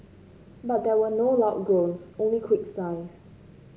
but there were no loud groans only quick sighs